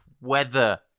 weather